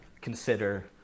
consider